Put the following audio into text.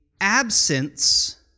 absence